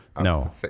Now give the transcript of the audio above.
No